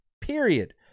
period